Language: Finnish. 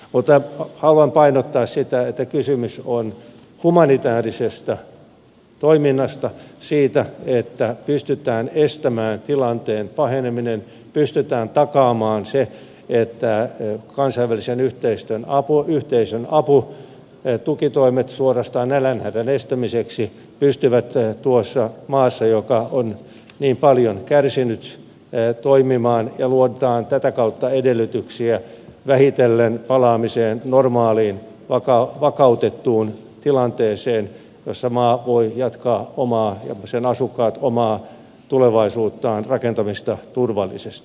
mutta haluan painottaa sitä että kysymys on humanitäärisestä toiminnasta siitä että pystytään estämään tilanteen paheneminen pystytään takaamaan se että kansainvälisen yhteisön apu tukitoimet suorastaan nälänhädän estämiseksi pystyy tuossa maassa joka on niin paljon kärsinyt toimimaan ja luodaan tätä kautta edellytyksiä vähitellen normaaliin vakautettuun tilanteeseen palaamiseksi jossa maa ja sen asukkaat voivat jatkaa oman tulevaisuutensa rakentamista turvallisesti